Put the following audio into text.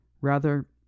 Rather